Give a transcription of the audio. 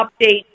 update